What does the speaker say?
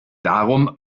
darum